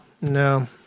no